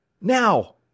Now